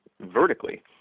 vertically